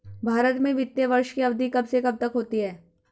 भारत में वित्तीय वर्ष की अवधि कब से कब तक होती है?